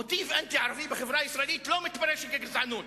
מוטיב אנטי-ערבי בחברה הישראלית לא מתפרש כגזענות.